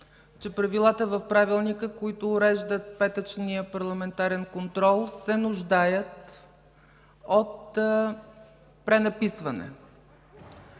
че правилата в Правилника, които уреждат петъчния парламентарен контрол, се нуждаят от пренаписване.